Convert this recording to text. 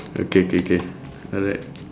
okay K K alright